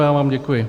Já vám děkuji.